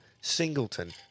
Singleton